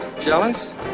Jealous